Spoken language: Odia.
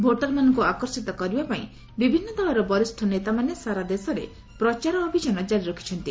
ଭୋଟରମାନଙ୍କୁ ଆକର୍ଷିତ କରିବା ପାଇଁ ବିଭିନ୍ନ ଦଳର ବରିଷ୍ଠ ନେତାମାନେ ସାରା ଦେଶରେ ପ୍ରଚାର ଅଭିଯାନ ଜାରି ରଖିଛନ୍ତି